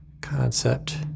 concept